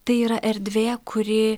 tai yra erdvė kuri